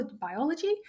biology